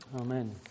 Amen